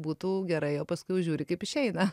būtų gerai o paskui jau žiūri kaip išeina